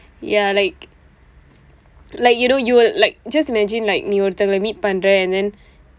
yeah like like you know you will like just imagine like நீ ஒருத்தன:nii oruththana meet பண்ற:panra and then